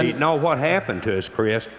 you know what happened to us, chris,